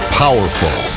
powerful